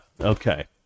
Okay